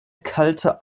kalte